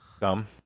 Dumb